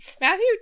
Matthew